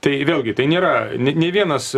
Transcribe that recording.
tai vėlgi tai nėra ne nei vienas